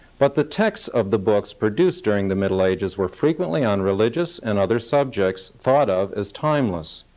but the texts of the books produced during the middle ages were frequently on religious and other subjects thought of as timeless.